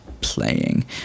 playing